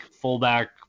fullback